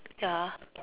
ya